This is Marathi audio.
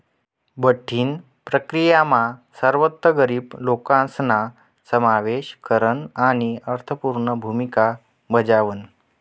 बठ्ठी प्रक्रीयामा सर्वात गरीब लोकेसना समावेश करन आणि अर्थपूर्ण भूमिका बजावण